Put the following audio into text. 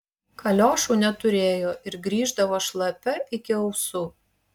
kaliošų neturėjo ir grįždavo šlapia iki ausų